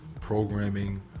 programming